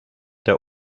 der